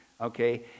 okay